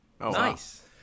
Nice